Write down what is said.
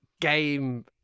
game